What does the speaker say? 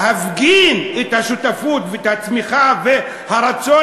להפגין את השותפות ואת הצמיחה ואת הרצון